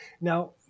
Now